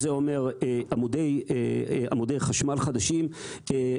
זה אומר עמודי חשמל חדשים,